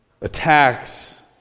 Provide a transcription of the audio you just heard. attacks